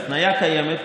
בהתניה קיימת,